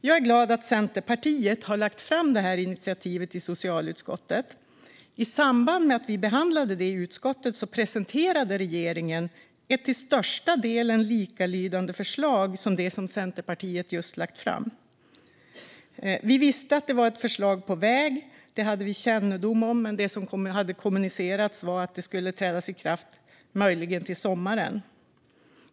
Jag är glad att Centerpartiet har lagt fram detta initiativ i socialutskottet. I samband med att vi behandlade det i utskottet presenterade regeringen ett förslag som till största delen var likalydande med det som Centerpartiet just lagt fram. Vi visste att ett förslag var på väg; det hade vi kännedom om. Det som hade kommunicerats var dock att det möjligen skulle träda i kraft till sommaren.